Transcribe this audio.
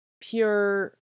pure